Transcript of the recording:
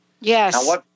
Yes